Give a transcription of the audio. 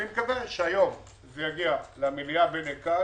אני מקווה שהיום זה יגיע למליאה ולכאן,